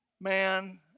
man